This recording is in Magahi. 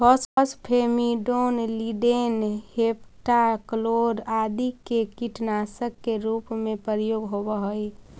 फॉस्फेमीडोन, लींडेंन, हेप्टाक्लोर आदि के कीटनाशक के रूप में प्रयोग होवऽ हई